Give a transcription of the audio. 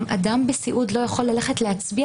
גם אדם בסיעוד לא יכול ללכת להצביע